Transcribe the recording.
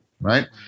right